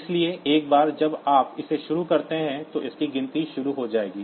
इसलिए एक बार जब आप इसे शुरू करते हैं तो इसकी गिनती शुरू हो जाएगी